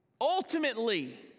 Ultimately